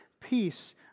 peace